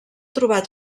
trobat